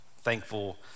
thankful